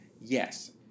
Yes